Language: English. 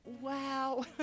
Wow